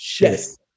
Yes